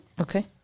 Okay